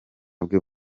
bwe